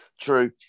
True